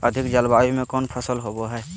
अधिक जलवायु में कौन फसल होबो है?